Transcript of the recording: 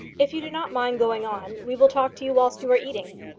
if you do not mind going on, we will talk to you whilst you are eating.